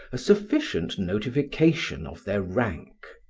a sufficient notification of their rank.